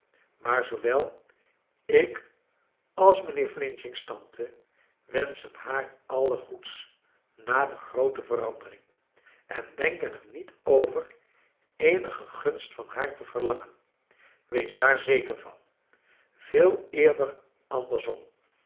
maar zoowel ik als mijnheer f's tante wenschen haar alles goeds na de groote verandering en denken er niet over eenige gunst van haar te verlangen wees daar zeker van veel eerder andersom